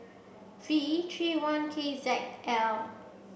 V three one K Z L